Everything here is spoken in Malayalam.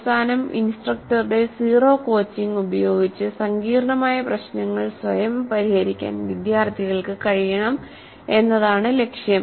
അവസാനം ഇൻസ്ട്രക്ടറുടെ സീറോ കോച്ചിംഗ് ഉപയോഗിച്ച് സങ്കീർണ്ണമായ പ്രശ്നങ്ങൾ സ്വയം പരിഹരിക്കാൻ വിദ്യാർത്ഥികൾക്ക് കഴിയണം എന്നതാണ് ലക്ഷ്യം